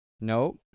no